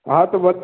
हा त बसि